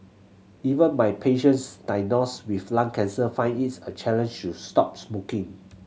even my patients diagnosed with lung cancer find it's a challenge to stop smoking